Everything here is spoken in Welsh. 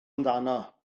amdano